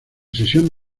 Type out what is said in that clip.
sesión